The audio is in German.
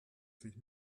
sich